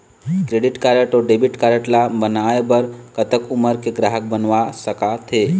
Credit card अऊ debit card ला बनवाए बर कतक उमर के ग्राहक बनवा सका थे?